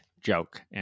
joke